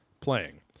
playing